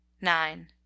nine